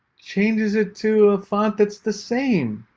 changes it to a font, that's the same.